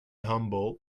humble